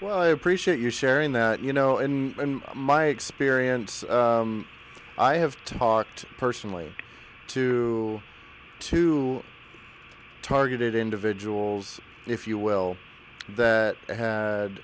well i appreciate your sharing that you know in my experience i have talked personally two to targeted individuals if you will that